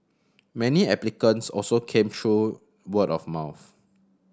many applicants also came through word of mouth